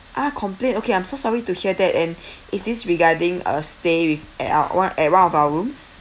ah complaint okay I'm so sorry to hear that and is this regarding a stay with at one at one of our rooms